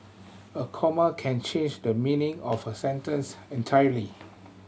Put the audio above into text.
a comma can change the meaning of a sentence entirely